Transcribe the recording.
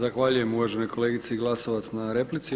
Zahvaljujem uvaženoj kolegici Glasovac na replici.